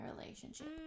relationship